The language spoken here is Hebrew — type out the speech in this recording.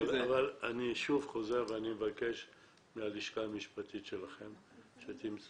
אני שוב חוזר ואני מבקש מהלשכה המשפטית שלכם שתמצא